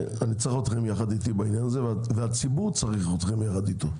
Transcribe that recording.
אני צריך אתכם יחד איתי בעניין הזה והציבור צריך אתכם יחד איתו.